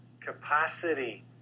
capacity